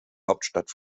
hauptstadt